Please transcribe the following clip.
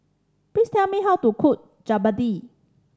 please tell me how to cook Jalebi